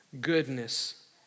goodness